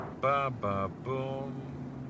Ba-ba-boom